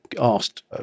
asked